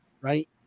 right